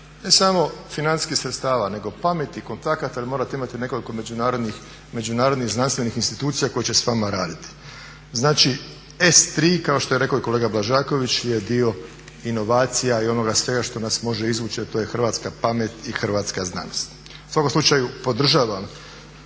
ne samo financijskih sredstava nego pameti i kontakata jer morate imati nekoliko međunarodnih znanstvenih institucija koje će s vama raditi. Znači S3 kao što je rekao i kolega Blažeković je dio inovacija i onoga svega što nas može izvući, a to je hrvatska pamet i hrvatska znanost. U svakom slučaju podržavam